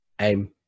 AIM